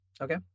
okay